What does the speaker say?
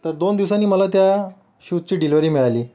तर दोन दिवसांनी मला त्या शूजची डिलिवरी मिळाली